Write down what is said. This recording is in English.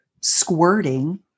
squirting